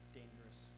dangerous